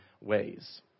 ways